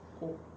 oh